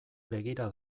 begira